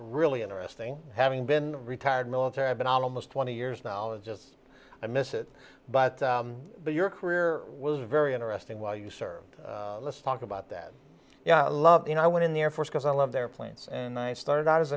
really interesting having been retired military i've been out almost twenty years knowledge as i miss it but your career was very interesting while you served let's talk about that yeah i love you know i went in the air force because i love the airplanes and i started out as